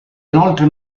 inoltre